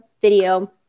video